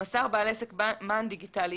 (ב)מסר בעל עסק מען דיגיטלי